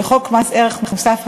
ולחוק מס ערך מוסף,